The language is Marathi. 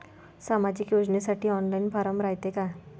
सामाजिक योजनेसाठी ऑनलाईन फारम रायते का?